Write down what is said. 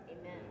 Amen